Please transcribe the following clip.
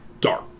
dark